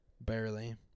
barely